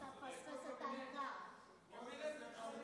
פה מתנהל השיח האמיתי, לא שם.